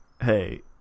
hey